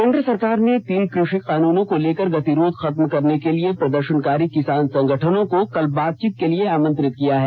केन्द्र सरकार ने तीन कृषि कानूनों को लेकर गतिरोध खत्म करने के लिए प्रदर्शनकारी किसान संगठनों को कल बातचीत के लिए आमंत्रित किया है